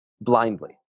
blindly